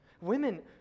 Women